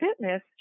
fitness